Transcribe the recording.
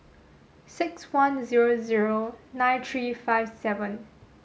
six one zero zero nine three five seven